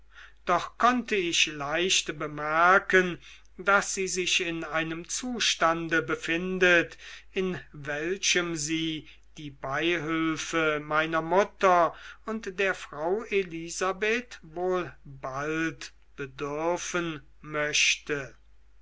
doch konnte ich leicht bemerken daß sie sich in einem zustande befinde in welchem sie die beihülfe meiner mutter und der frau elisabeth wohl bald bedürfen möchte